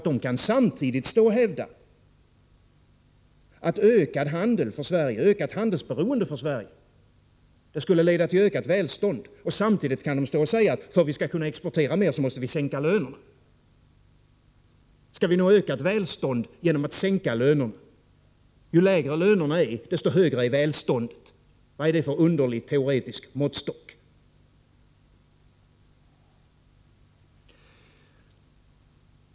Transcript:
De kan hävda att ökat handelsberoende för Sverige skulle leda till ökat välstånd och samtidigt säga att vi för att kunna exportera mera måste sänka lönerna. Skall vi nå ökat välstånd genom att sänka lönerna? Ju lägre lönerna är desto högre är välståndet. Vad är det för underlig teoretisk måttstock?